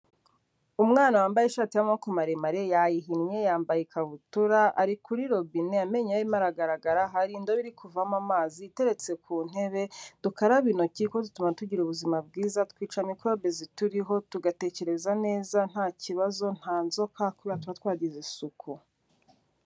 Umwana wambaye ishati y'amaboko maremare, yayihinnye yambaye ikabutura, ari kuri robine, amenyo ye arimo aragaragara, hari indobo iri kuvamo amazi iteretse ku ntebe, dukarabe intoki kuko bituma tugira ubuzima bwiza, twica mikobe zituriho, tugatekereza neza nta kibazo, nta nzoka, kubera tuba twagize isuku.